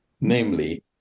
namely